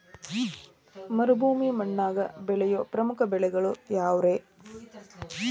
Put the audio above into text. ಮರುಭೂಮಿ ಮಣ್ಣಾಗ ಬೆಳೆಯೋ ಪ್ರಮುಖ ಬೆಳೆಗಳು ಯಾವ್ರೇ?